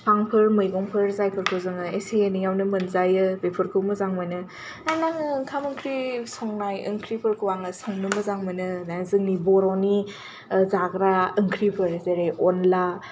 बिफांफोर मैगंफोर जायफोरखौ जों एसे एनैयावनो मोनजायो बेफोरखौ मोजां मोनो ओंफाय आङो ओंखाम ओंख्रि संनाय ओंख्रिफोरखौ आं संनो मोजां मोनो जोंनि बर'नि जाग्रा ओंख्रिफोर जेरै अनला